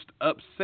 upset